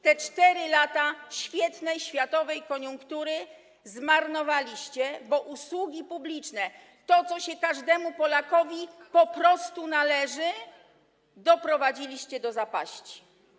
Te 4 lata świetnej światowej koniunktury zmarnowaliście, bo usługi publiczne, czyli to, co się każdemu Polakowi po prostu należy, doprowadziliście do zapaści.